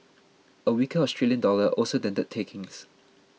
a weaker Australian dollar also dented takings